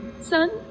son